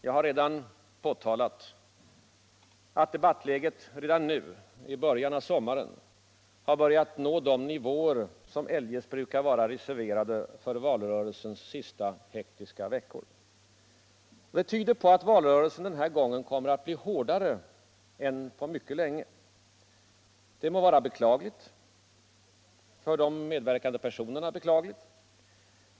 Jag har redan påtalat att debattläget redan nu — i början av sommaren — har börjat nå de nivåer som eljest brukar vara reserverade för valrörelsens sista hektiska veckor. Detta tyder på att valrörelsen den här gången kommer att bli hårdare än på mycket länge. Det må vara beklagligt för de medverkande personerna.